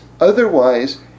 otherwise